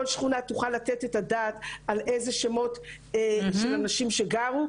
כל שכונה תוכל לתת את הדעת על איזה שמות של אנשים שגרו,